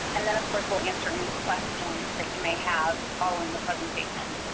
and then, of course, we'll answer any questions that you may have following the presentation.